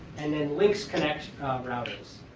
and then links connect routers.